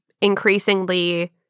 increasingly